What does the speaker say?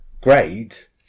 great